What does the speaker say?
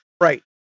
right